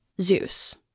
Zeus